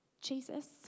Jesus